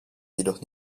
jedoch